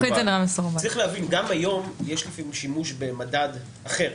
צריך להבין: גם היום יש לפעמים שימוש במדד אחר,